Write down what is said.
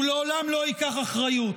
הוא לעולם לא ייקח אחריות.